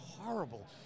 horrible